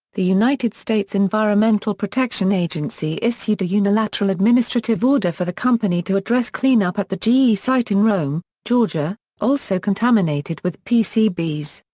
the united states environmental protection agency issued a unilateral administrative order for the company to address cleanup at the ge site in rome, georgia, also contaminated with pcbs.